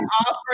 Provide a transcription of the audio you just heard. offer